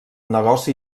negoci